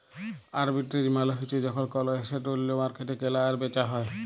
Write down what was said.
arbitrage মালে হ্যচ্যে যখল কল এসেট ওল্য মার্কেটে কেলা আর বেচা হ্যয়ে